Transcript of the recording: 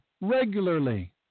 regularly